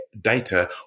data